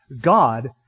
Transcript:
God